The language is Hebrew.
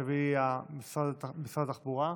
שהביא משרד התחבורה,